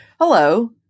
hello